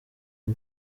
rwo